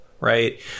right